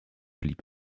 blieb